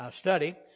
study